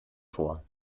vor